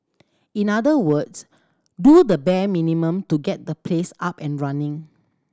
in other words do the bare minimum to get the place up and running